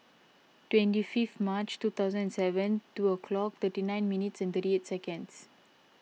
twenty fifth March two thousand and seven two o'clock thirty nine minutes and thirty eight seconds